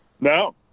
no